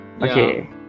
Okay